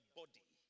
body